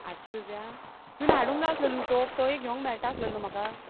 आटशी रुपया तुयेंन हाडूंक जाय आसलेलो न्हू तोप तोय घेवंक मेळटा आसलो न्हू म्हाका